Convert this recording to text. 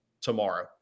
tomorrow